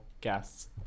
guests